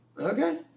Okay